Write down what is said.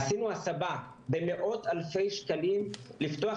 עשינו הסבה במאות אלפי שקלים כדי לפתוח